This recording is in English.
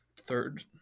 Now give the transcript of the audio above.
third